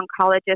oncologist